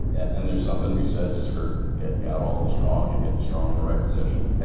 and there's something to be said just for getting god-awful strong, and getting strong in the right position.